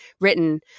written